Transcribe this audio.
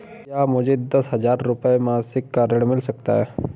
क्या मुझे दस हजार रुपये मासिक का ऋण मिल सकता है?